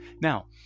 now